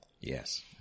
Yes